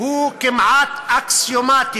הוא כמעט אקסיומטי.